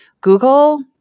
Google